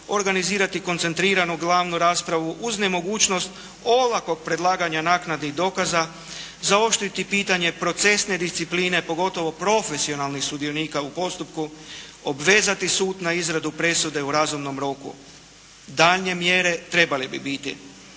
organizirati koncentriranu glavnu raspravu uz nemogućnost olakog predlaganja naknade i dokaza, zaoštriti pitanje procesne discipline pogotovo profesionalnih sudionika u postupku, obvezati sud na izradu presude u razumnom roku. Daljnje mjere trebale bi biti: